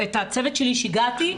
את הצוות שלי שיגעתי,